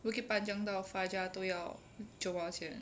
bukit panjang 到 fajar 都要九毛钱